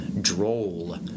droll